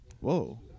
Whoa